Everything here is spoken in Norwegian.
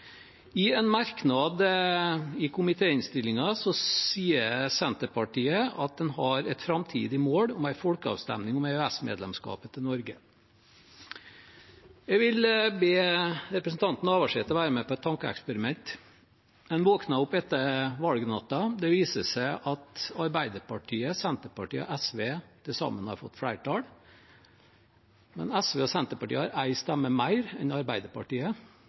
I en merknad i komitéinnstillingen sier Senterpartiet at en har et framtidig mål om en folkeavstemning om EØS-medlemskapet til Norge. Jeg vil be representanten Navarsete være med på et tankeeksperiment. En våkner opp etter valgnatten, og det viser seg at Arbeiderpartiet, Senterpartiet og SV til sammen har fått flertall, men at SV og Senterpartiet har én stemme mer enn Arbeiderpartiet,